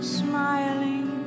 smiling